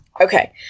Okay